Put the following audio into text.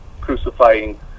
crucifying